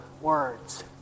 words